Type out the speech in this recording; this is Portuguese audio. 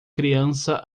criança